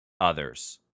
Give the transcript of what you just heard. others